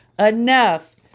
enough